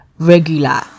Regular